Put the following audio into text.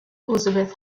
elizabeth